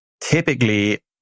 Typically